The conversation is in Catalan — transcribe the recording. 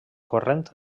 corrent